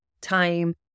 time